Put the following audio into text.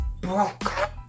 Broke